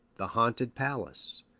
the haunted palace,